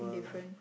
indifferent